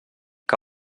que